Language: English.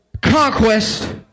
Conquest